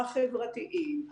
החברתיים,